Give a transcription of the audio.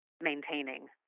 maintaining